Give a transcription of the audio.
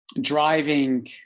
driving